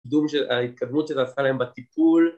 ‫ההתקדמות שזה עשה להם בטיפול.